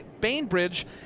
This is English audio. Bainbridge